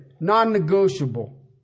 Non-negotiable